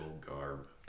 garb